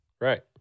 Right